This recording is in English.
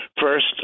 First